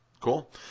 Cool